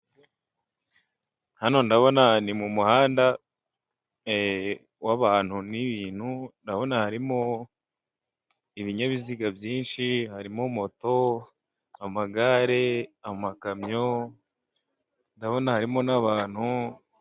Hano ndabona ni mumuhanda ee w'abantu n'ibintu urabona harimo ibinyabiziga byinshi, harimo moto, amagare, amakamyo, urabona harimo n'abantu.